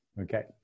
Okay